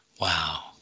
Wow